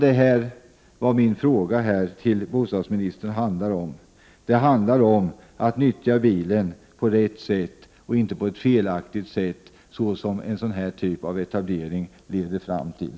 Det är detta min fråga till bostadsministern handlar om: att nyttja bilen på rätt sätt — inte på felaktigt sätt, vilket den här typen av etablering leder till.